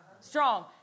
Strong